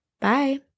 Bye